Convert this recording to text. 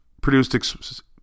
produced